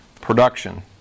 production